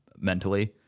mentally